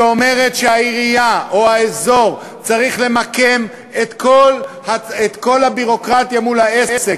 שאומרת שהעירייה או האזור צריכים למקם את כל הביורוקרטיה מול העסק,